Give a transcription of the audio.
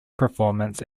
performance